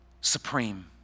Supreme